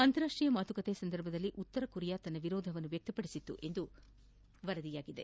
ಅಂತಾರಾಷ್ಷೀಯ ಮಾತುಕತೆ ಸಂದರ್ಭದಲ್ಲಿ ಉತ್ತರ ಕೊರಿಯಾ ತನ್ನ ವಿರೋಧವನ್ನು ವ್ಯಕ್ತಪಡಿಸಿತ್ತು ಎಂದು ವರದಿಯಾಗಿದೆ